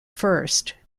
first